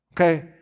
okay